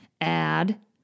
Add